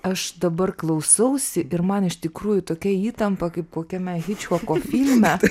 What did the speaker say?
aš dabar klausausi ir man iš tikrųjų tokia įtampa kaip kokiame hičkoko filme